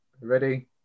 Ready